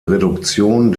reduktion